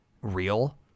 real